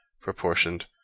proportioned